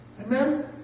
Amen